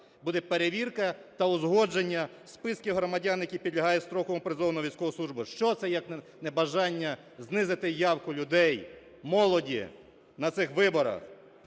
буде перевірка та узгодження списків громадян, які підлягають строковому призову на військову службу. Що це, як не бажання знизити явку людей, молоді на цих виборах?